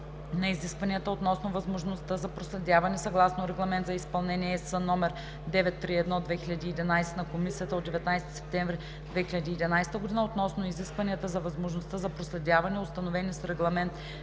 на изискванията относно възможността за проследяване съгласно Регламент за изпълнение (ЕС) № 931/2011 на Комисията от 19 септември 2011 г. относно изискванията за възможността за проследяване, установени с Регламент